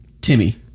timmy